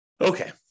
Okay